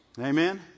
Amen